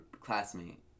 classmate